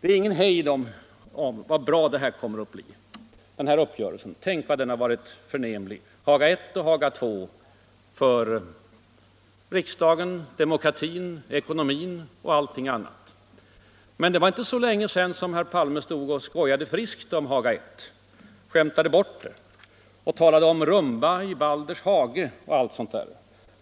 Det är ingen hejd på hur bra det nu kommer att bli i landet. Tänk vad uppgörelserna —- Haga I och Haga II —, gör han gällande, har varit förnämliga för riksdagen, demokratin, ekonomin och allting annat. Men det var inte så länge sedan som herr Palme skojade friskt om Haga I överenskommelsen, skämtade bort den och talade om rumba i Balders hage och sådant där. Då blev